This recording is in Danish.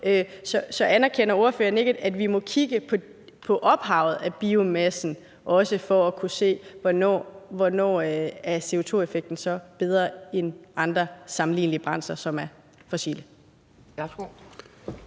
Så anerkender ordføreren ikke, at vi må kigge på ophavet til biomassen for også at kunne se, hvornår CO2-effekten er bedre end andre sammenlignelige brændsler, som er fossile?